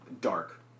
Dark